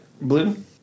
blue